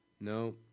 No